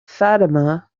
fatima